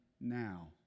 now